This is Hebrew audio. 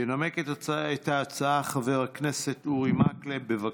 ינמק את ההצעה חבר הכנסת אורי מקלב, בבקשה.